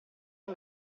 con